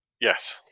Yes